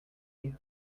you